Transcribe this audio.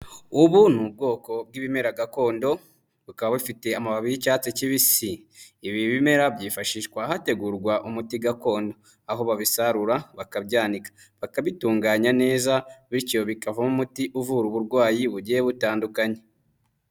Ubu ni ubwoko bw'ibimera gakondo, bukaba bufite amababi y'icyatsi kibisi. Ibi bimera byifashishwa hategurwa umuti gakondo. Aho babisarura bakabyani, bakabitunganya neza bityo bikavamo umuti uvura uburwayi bugiye butandukanye.